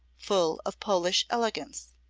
full of polish elegance.